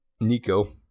Nico